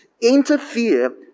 interfere